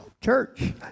church